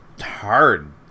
hard